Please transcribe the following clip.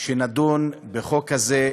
לדון בחוק הזה,